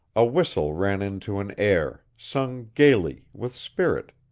a whistle ran into an air, sung gayly, with spirit